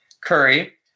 Curry